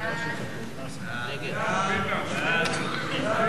בעבור מסתנן, עבירת מקור)